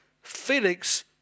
Felix